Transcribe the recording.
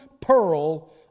pearl